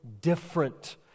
different